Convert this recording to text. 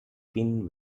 quinn